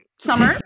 Summer